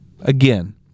Again